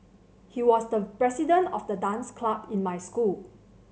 he was the president of the dance club in my school